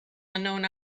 unknown